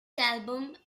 album